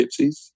gypsies